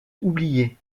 oublié